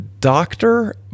doctor